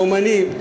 אמנים,